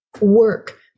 work